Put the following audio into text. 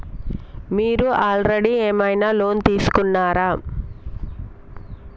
మీరు ఆల్రెడీ ఏమైనా లోన్ తీసుకున్నారా?